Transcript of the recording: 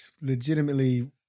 legitimately